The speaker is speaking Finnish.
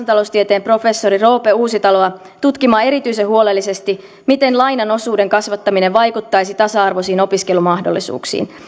taloustieteen professori roope uusitaloa tutkimaan erityisen huolellisesti miten lainan osuuden kasvattaminen vaikuttaisi tasa arvoisiin opiskelumahdollisuuksiin